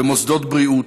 במוסדות בריאות,